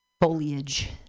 foliage